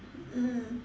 mmhmm